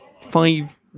five